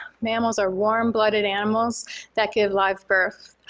mammals are warm-blooded animals that give live birth,